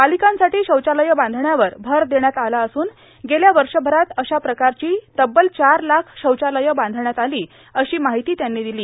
बालिकांसाठी शौचालयं वांधण्यावर भर देण्यात आला असून गेल्या वर्षभरात अशा प्रकारची तब्बल चार लाख शैचालयं बांधण्यात आली अशी माहिती त्यांनी दिली